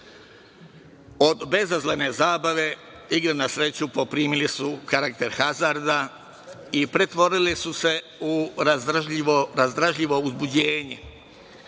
Od bezazlene zabave igre na sreću poprimile su karakter hazarda i pretvorile su se u razdražljivo uzbuđenje.